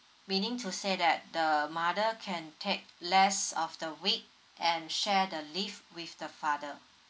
meaning to say that the mother can take less of the week and share the leave with the father